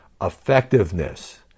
effectiveness